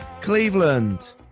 Cleveland